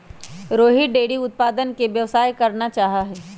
Rohit dairy उत्पादन के व्यवसाय करना चाहा हई